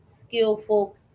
skillful